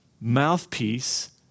mouthpiece